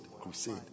crusade